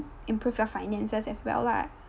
improve your finances as well lah